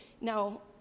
Now